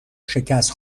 شکست